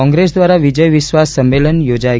કોંગ્રેસ દ્વારા વિજય વિશ્વાસ સંમેલન યોજાશે